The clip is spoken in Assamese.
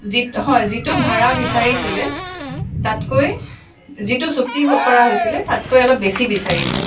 যি হয় যিটো ভাৰা বিচাৰিছিলে তাতকৈ যিটো চুক্তি হ কৰা হৈছিলে তাতকৈ অলপ বেছি বিচাৰিছে